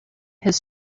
his